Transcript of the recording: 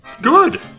good